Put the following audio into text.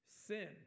Sin